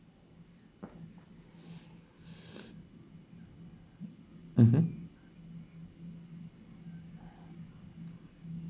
mmhmm